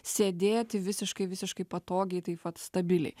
sėdėti visiškai visiškai patogiai taip vat stabiliai